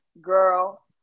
girl